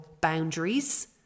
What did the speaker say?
boundaries